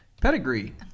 pedigree